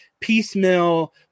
piecemeal